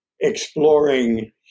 exploring